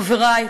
חברי,